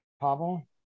pavel